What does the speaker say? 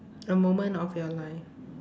a moment of your life